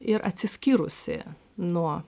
ir atsiskyrusi nuo